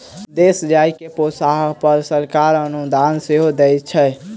देशी गाय के पोसअ पर सरकार अनुदान सेहो दैत छै